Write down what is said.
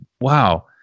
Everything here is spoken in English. Wow